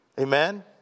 Amen